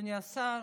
אדוני השר,